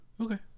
Okay